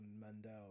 Mandel